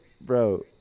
bro